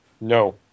No